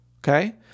Okay